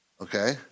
Okay